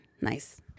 Nice